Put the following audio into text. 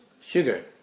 sugar